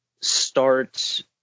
start